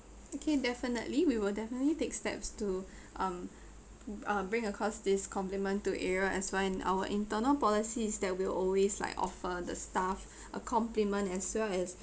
okay definitely we will definitely take steps to um uh bring across this compliment to ariel as well and our internal policies is that we always like offer the staff a compliment as well as